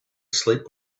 sleep